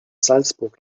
salzburg